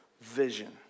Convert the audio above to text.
vision